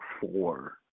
four